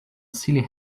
silly